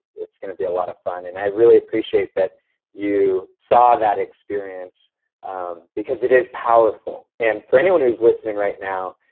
it's gonna be a lot of fun, and i really appreciate that you saw that experience because it is powerful. and, for anyone who's listening right now,